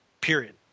Period